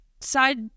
side